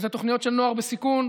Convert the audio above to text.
אלה תוכניות של נוער בסיכון,